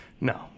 no